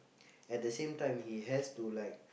at the same time he has to like